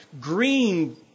green